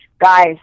guys